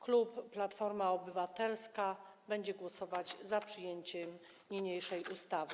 Klub Platforma Obywatelska będzie głosować za przyjęciem niniejszej ustawy.